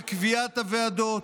בקביעת הוועדות,